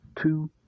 two